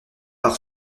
par